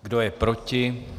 Kdo je proti?